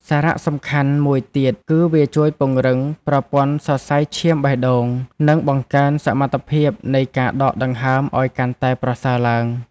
សារៈសំខាន់មួយទៀត គឺវាជួយពង្រឹងប្រព័ន្ធសរសៃឈាមបេះដូង និងបង្កើនសមត្ថភាពនៃការដកដង្ហើមឱ្យកាន់តែប្រសើរឡើង។